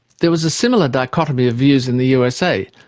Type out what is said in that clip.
there was a similar dichotomy of views in the usa,